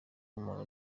umuntu